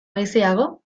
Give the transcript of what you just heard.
biziago